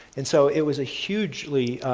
and so it was a hugely